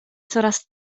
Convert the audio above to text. coraz